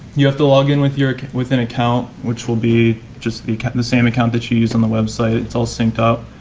you have to login with yeah with an account, which will be the the same account that you use on the website it's all synced up.